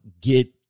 get